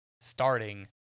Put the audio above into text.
starting